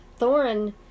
Thorin